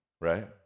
right